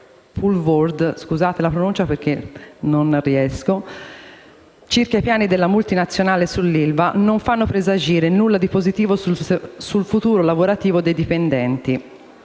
Poelvoorde, circa i piani della multinazionale sull'ILVA non fanno presagire nulla di positivo sul futuro lavorativo dei dipendenti.